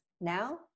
Now